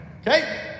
Okay